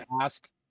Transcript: ask